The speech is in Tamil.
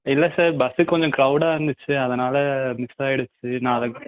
இல்லை சார் பஸ்ஸு கொஞ்சம் க்ரௌடாக இருந்துச்சு அதனால் மிஸ் ஆகிடிச்சி நான் அதை